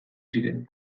ziren